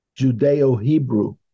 Judeo-Hebrew